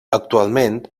actualment